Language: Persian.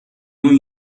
اون